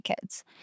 kids